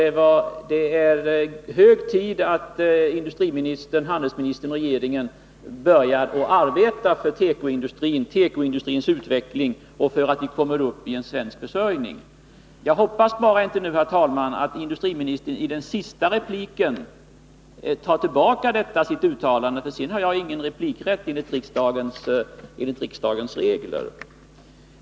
Så det är hög tid att industriministern, handelsministern och regeringen i övrigt Kapitaltillskott börjar att arbeta för tekoindustrins utveckling och för att komma upp i en ökad andel svenska produkter i fråga om vår försörjning med tekovaror. Jag hoppas nu bara, herr talman, att inte industriministern i den sista repliken tar tillbaka sitt uttalande, för sedan har jag ingen replikrätt, enligt riksdagens regler.